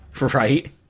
Right